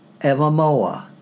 evermore